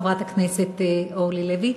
חברת הכנסת אורלי לוי: